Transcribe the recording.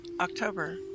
October